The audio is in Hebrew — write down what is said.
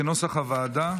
כנוסח הוועדה.